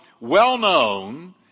well-known